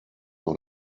dans